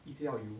一直要游